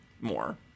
more